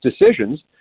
decisions